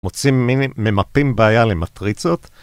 מוצאים ממפים בעיה למטריצות